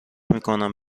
میکنم